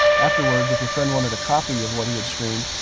afterwards if your friend wanted a copy of what he had streamed,